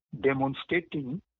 demonstrating